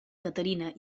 caterina